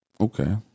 Okay